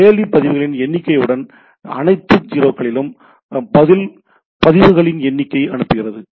கேள்வி பதிவுகளின் எண்ணிக்கையுடன் அனைத்து 0 களும் பதில் பதிவுகளின் எண்ணிக்கையை அனுப்புகிறது